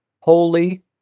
holy